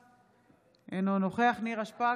אינו נוכח רם שפע,